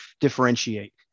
differentiate